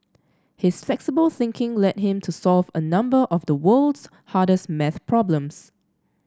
his flexible thinking led him to solve a number of the world's hardest math problems